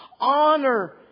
Honor